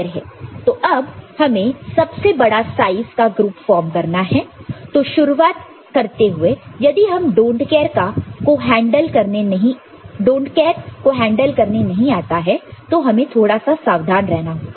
तो अब हमें सबसे बड़ा साइज का ग्रुप फॉर्म करना है तो शुरुआत करते हुए यदि हमें डोंट केयर को हैंडल करने नहीं आता है तो हमें थोड़ा सा सावधान रहना होगा